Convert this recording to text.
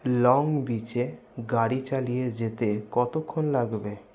long বিচে গাড়ি চালিয়ে যেতে কতক্ষণ লাগবে